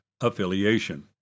affiliation